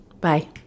bye